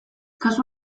kasu